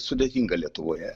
sudėtinga lietuvoje